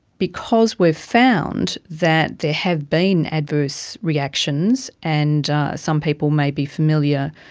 because we've found that there have been adverse reactions, and some people may be familiar,